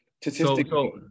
statistically